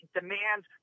demands